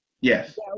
yes